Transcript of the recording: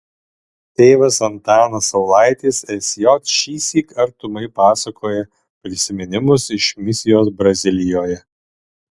tėvas antanas saulaitis sj šįsyk artumai pasakoja prisiminimus iš misijos brazilijoje